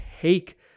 take